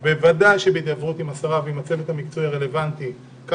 בוודאי שבהידברות עם השרה ועם הצוות המקצועי הרלוונטי מה